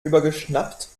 übergeschnappt